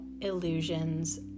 illusions